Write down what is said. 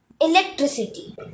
Electricity